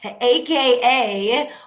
AKA